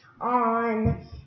on